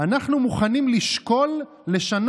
אין